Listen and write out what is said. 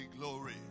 Glory